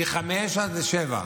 מ-17:00 עד 19:00,